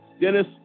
Dennis